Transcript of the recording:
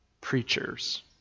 preachers